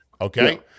Okay